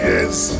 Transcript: Yes